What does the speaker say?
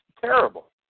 terrible